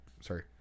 sorry